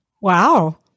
Wow